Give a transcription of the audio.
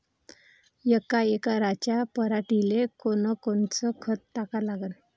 यका एकराच्या पराटीले कोनकोनचं खत टाका लागन?